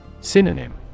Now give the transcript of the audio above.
Synonym